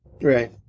Right